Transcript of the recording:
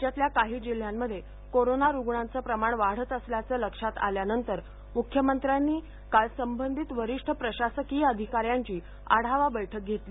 राज्यातल्या काही जिल्ह्यांमध्ये कोरोना रुग्णांचं प्रमाण वाढत असल्याचं लक्षात आल्यानंतर मुख्यमंत्र्यांनी काल संबंधित वरिष्ठ प्रशासकीय अधिकाऱ्यांची आढावा बैठक घेतली